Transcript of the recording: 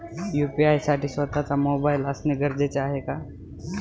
UPI साठी स्वत:चा mobile असणे गरजेचे आहे का?